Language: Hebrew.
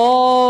או,